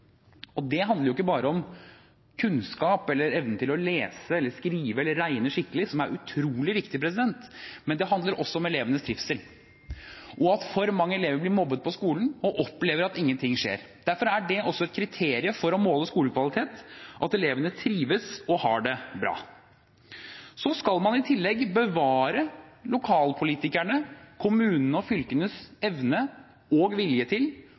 Og det handler ikke bare om kunnskap eller evnen til å lese eller skrive eller regne skikkelig, som er utrolig viktig, det handler også om elevenes trivsel og at for mange elever blir mobbet på skolen og opplever at ingenting skjer. Derfor er det også et kriterium for å måle skolekvalitet at elevene trives og har det bra. Så skal man i tillegg bevare lokalpolitikernes, kommunenes og fylkenes evne og vilje til